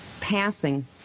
passing